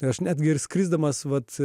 aš netgi ir skrisdamas vat